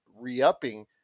re-upping